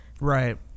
right